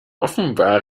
offenbar